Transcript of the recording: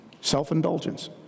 self-indulgence